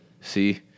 See